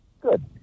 Good